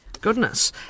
Goodness